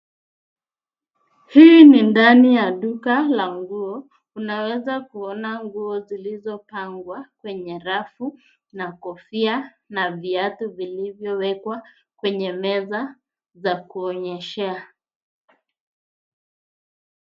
Hii ni ndani ya duka la nguo. Tunaweza kuona nguo zilizopangwa kwenye rafu na kofia na viatu vilivyowekwa kwenye meza za kuonyeshea.